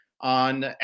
on